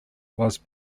was